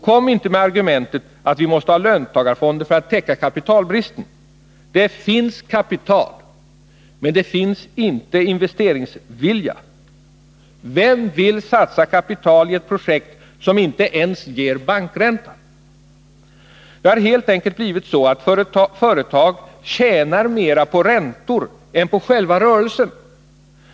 Kom inte med argumentet att vi måste ha löntagarfonder för att täcka kapitalbristen. Det finns kapital, men det finns inte investeringsvilja. Vem vill satsa kapital i ett projekt som inte ens ger bankränta? Det har helt enkelt blivit så att företag tjänar mer på räntor än på själva rörelsen.